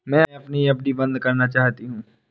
मैं अपनी एफ.डी बंद करना चाहती हूँ